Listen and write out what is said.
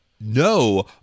No